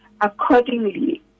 accordingly